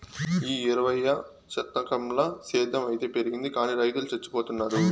ఈ ఇరవైవ శతకంల సేద్ధం అయితే పెరిగింది గానీ రైతులు చచ్చిపోతున్నారు